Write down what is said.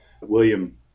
William